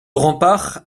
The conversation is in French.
remparts